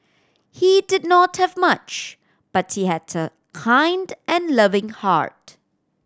he did not have much but he had a kind and loving heart